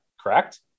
correct